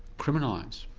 criminalised?